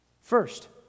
First